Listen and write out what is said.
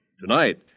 Tonight